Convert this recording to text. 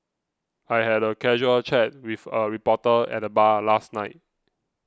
I had a casual chat with a reporter at the bar last night